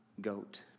goat